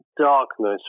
darkness